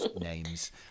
names